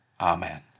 Amen